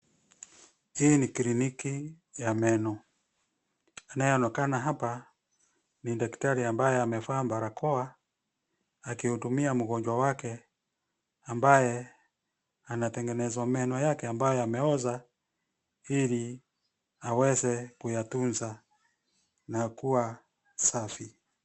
Hii ni kliniki ya meno. Anayeonekana hapa ni daktari ambaye anevaa barakoa ,akihudumia mgonjwa wake ambaye anatengenezwa meno yake ambayo yameoza ili aweze kuyatunza na kuwa safi.